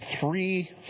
three